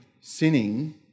sinning